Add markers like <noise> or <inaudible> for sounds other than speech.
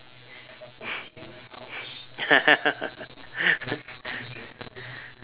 <laughs>